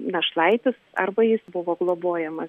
našlaitis arba jis buvo globojamas